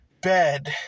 bed